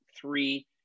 three